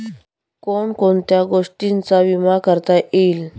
कोण कोणत्या गोष्टींचा विमा करता येईल?